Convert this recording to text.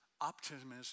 optimism